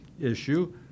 issue